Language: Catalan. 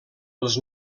els